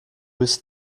was